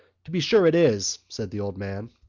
to be sure it is, said the old man.